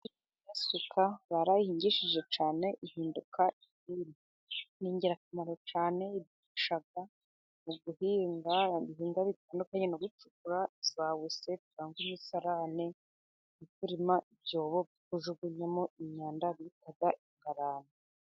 Isuka barayihingishije cyane ihinduka ifuni, ni ingirakamaro cyane bayikoresha mu guhinga ibihingwa bitandukanye, no gucukura za wese cyangwa imisarane, kurema ibyobo bajugunyamo imyanda bita ingarani.